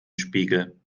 spiegel